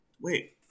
Wait